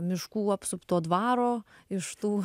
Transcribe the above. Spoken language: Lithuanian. miškų apsupto dvaro iš tų